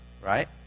right